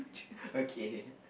okay